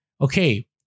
Okay